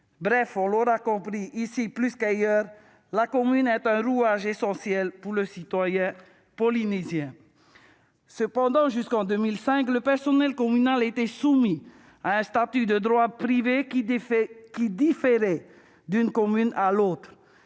Bref- on l'aura compris -, ici plus qu'ailleurs, la commune est un rouage essentiel pour nos concitoyens. Toutefois, jusqu'en 2005, le personnel communal était soumis à un statut de droit privé qui différait d'une commune à l'autre.